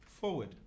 forward